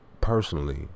personally